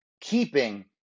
keeping